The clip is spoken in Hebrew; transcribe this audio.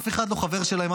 אף אחד לא חבר שלהם,